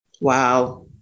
Wow